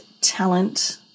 talent